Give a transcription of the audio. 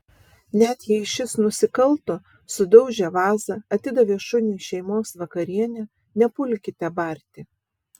net jei šis nusikalto sudaužė vazą atidavė šuniui šeimos vakarienę nepulkite barti